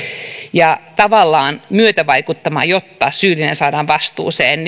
ja tavallaan myötävaikuttamaan jotta syyllinen saadaan vastuuseen